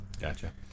Gotcha